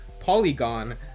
Polygon